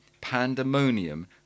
pandemonium